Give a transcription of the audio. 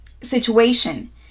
situation